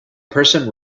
person